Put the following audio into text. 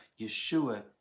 Yeshua